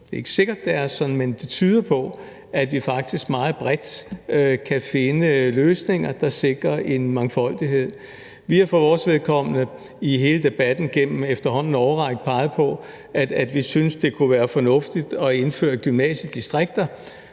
det er ikke sikkert, at det er sådan, men det tyder på det – at vi faktisk meget bredt kan finde løsninger, der sikrer en mangfoldighed. Vi har for vores vedkommende i hele debatten gennem efterhånden en årrække peget på, at vi synes, det kunne være fornuftigt at indføre gymnasiedistrikter,